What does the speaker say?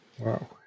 wow